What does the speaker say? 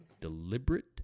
Deliberate